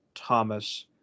Thomas